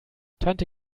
tante